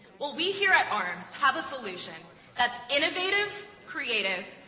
well, we here at arms have a solution that's innovative, creative,